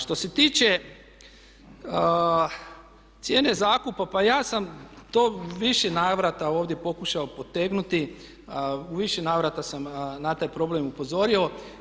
Što se tiče cijene zakupa, pa ja sam to u više navrata ovdje pokušao potegnuti, u više navrata sam na taj problem upozorio.